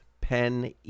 Pen